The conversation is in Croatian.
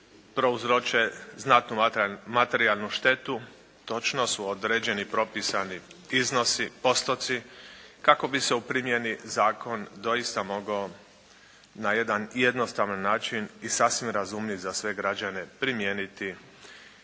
prouzroče znatnu materijalnu štetu točno su određeni propisani iznosi, postoci kako bi se u primjeni zakon doista mogao na jedan jednostavan način i sasvim razumljiv za sve građane primijeniti i